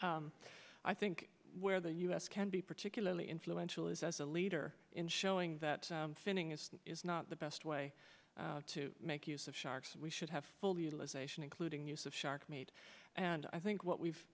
i think where the u s can be particularly influential is as a leader in showing that finning is is not the best way to make use of sharks we should have full utilization including use of shark made and i think what we've